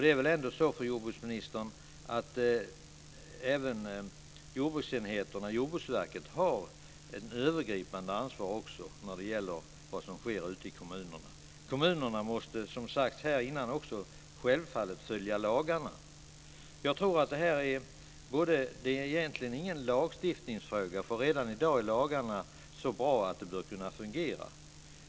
Det är väl ändå så, fru jordbruksminister, att även jordbruksenheten i Jordbruksverket har ett övergripande ansvar när det gäller vad som sker ute i kommunerna. Kommunerna måste, som har sagts här tidigare, självfallet följa lagarna. Jag tror egentligen inte att det här är en lagstiftningsfråga, för redan i dag är lagarna så bra att de bör kunna fungera.